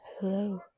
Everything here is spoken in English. hello